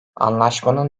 anlaşmanın